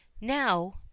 Now